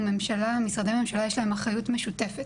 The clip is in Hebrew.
משרדי הממשלה, יש להם אחריות משותפת.